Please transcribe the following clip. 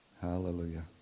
Hallelujah